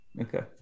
Okay